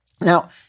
Now